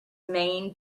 main